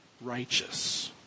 righteous